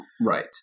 Right